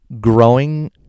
growing